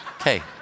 Okay